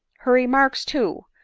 her remarks, too,